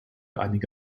einige